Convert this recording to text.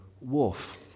wolf